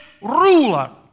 ruler